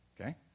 okay